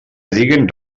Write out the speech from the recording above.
diguen